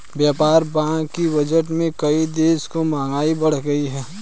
व्यापार बाधा की वजह से कई देशों में महंगाई बढ़ गयी है